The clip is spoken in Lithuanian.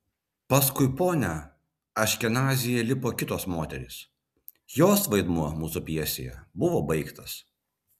paskui ponią aškenazyje lipo kitos moterys jos vaidmuo mūsų pjesėje buvo baigtas